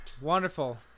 wonderful